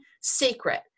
secret